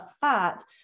fat